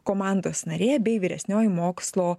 komandos narė bei vyresnioji mokslo